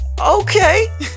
Okay